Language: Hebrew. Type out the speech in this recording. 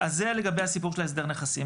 אז זה לגבי הסיפור של ההסדר נכסים.